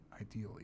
ideally